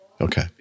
okay